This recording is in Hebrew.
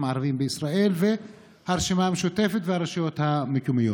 הערבים בישראל והרשימה המשותפת והרשויות המקומיות.